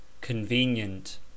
Convenient